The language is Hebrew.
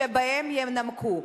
שבהן ינמקו.